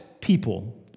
people